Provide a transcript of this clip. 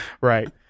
Right